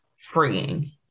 freeing